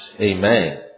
Amen